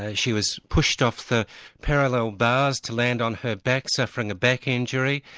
ah she was pushed off the parallel bars to land on her back, suffering a back injury.